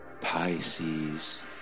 Pisces